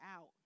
out